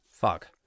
Fuck